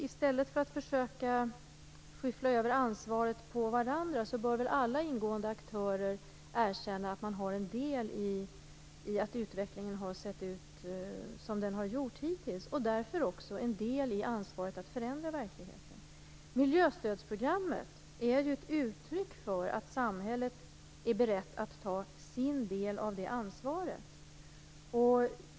I stället för att försöka skyffla över ansvaret på varandra borde alla ingående aktörer erkänna att man har en del i att utvecklingen har sett ut som den har gjort hittills. Därmed har man också en del i ansvaret för att förändra verkligheten. Miljöstödsprogrammet är ett uttryck för att samhället är berett att ta sin del av det ansvaret.